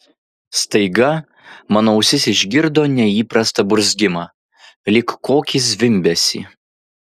staiga mano ausis išgirdo neįprastą burzgimą lyg kokį zvimbesį